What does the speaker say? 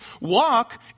Walk